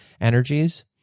energies